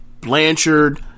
Blanchard